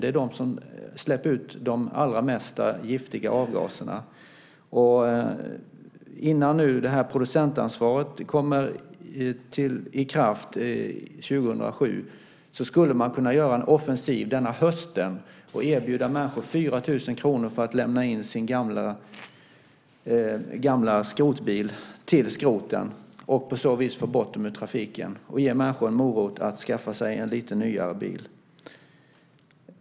Det är de som släpper ut de allra giftigaste avgaserna. Innan producentansvaret träder i kraft 2007 skulle man kunna göra en offensiv denna höst och erbjuda människor 4 000 kr för att lämna in sina gamla skrotbilar till skroten och på så vis få bort dem ur trafiken. På så sätt kan man ge människor en morot för att skaffa sig en lite nyare bil.